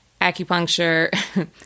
acupuncture